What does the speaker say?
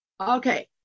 Okay